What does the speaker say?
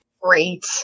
Great